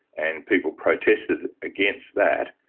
and people protested against that.